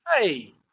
hey